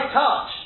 touch